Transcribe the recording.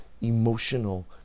emotional